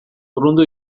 urrundu